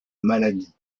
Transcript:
maladie